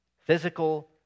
physical